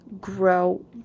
grow